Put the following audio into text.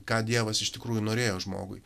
ką dievas iš tikrųjų norėjo žmogui